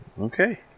Okay